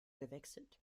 gewechselt